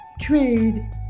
trade